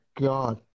god